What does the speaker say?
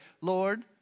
Lord